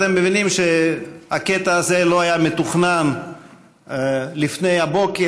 אתם מבינים שהקטע הזה לא היה מתוכנן לפני הבוקר,